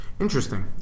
interesting